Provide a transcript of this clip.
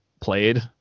played